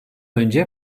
önce